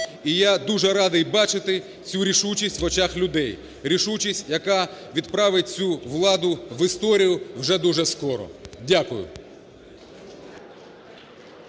І я дуже радий бачити цю рішучість в очах людей, рішучість, яка відправить цю владу в історію вже дуже скоро. Дякую.